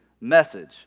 message